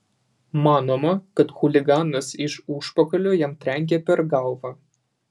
manoma kad chuliganas iš užpakalio jam trenkė per galvą